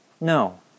No